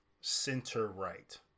center-right